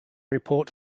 report